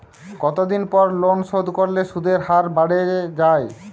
কতদিন পর লোন শোধ করলে সুদের হার বাড়ে য়ায়?